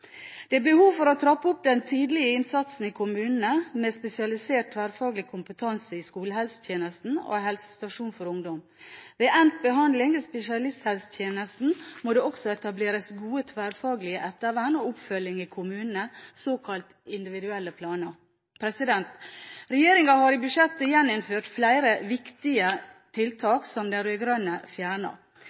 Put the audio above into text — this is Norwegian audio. Det er behov for å trappe opp den tidlige innsatsen i kommunene med spesialisert tverrfaglig kompetanse i skolehelsetjenesten og helsestasjon for ungdom. Ved endt behandling i spesialisthelsetjenesten må det også etableres et godt tverrfaglig ettervern og en god oppfølging i kommunene – såkalt individuelle planer. Regjeringen har i budsjettet gjeninnført flere viktige tiltak som